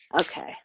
Okay